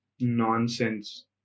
nonsense